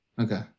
Okay